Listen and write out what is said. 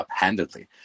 uphandedly